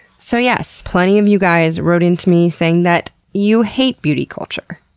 so yes, plenty of you guys wrote in to me saying that you hate beauty culture.